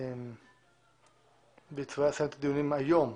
והדיונים היום,